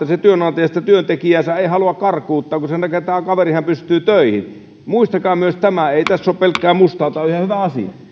se työnantaja sitä työntekijäänsä ei halua karkuuttaa kun se näkee että tämä kaverihan pystyy töihin muistakaa myös tämä ei tässä ole pelkkää mustaa tämä on ihan hyvä asia